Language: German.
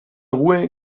ruhe